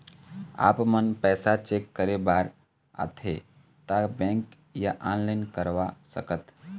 आपमन पैसा चेक करे बार आथे ता बैंक या ऑनलाइन करवा सकत?